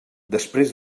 després